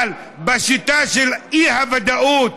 אבל, בשיטה של האי-ודאות